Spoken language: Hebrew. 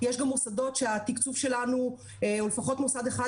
יש גם מוסדות שהתקצוב שלנו או לפחות מוסד אחד,